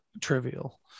trivial